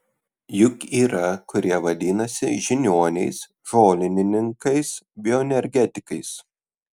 juk yra kurie vadinasi žiniuoniais žolininkais bioenergetikais